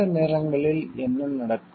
சில நேரங்களில் என்ன நடக்கும்